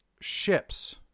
ships